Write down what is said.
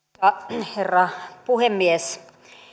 herra puhemies